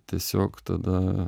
tiesiog tada